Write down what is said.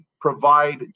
provide